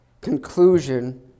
conclusion